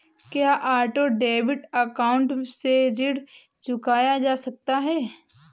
क्या auto debit account से ऋण चुकाया जा सकता है?